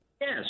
Yes